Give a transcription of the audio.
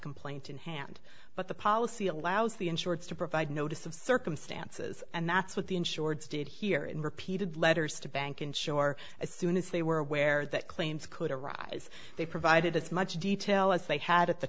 complaint in hand but the policy allows the insurance to provide notice of circumstances and that's what the insureds did here in repeated letters to bank ensure as soon as they were aware that claims could arise they provided as much detail as they had at the